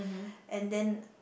and then